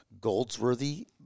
Goldsworthy